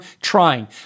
trying